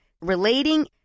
relating